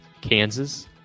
Kansas